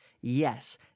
Yes